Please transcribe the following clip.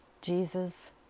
Jesus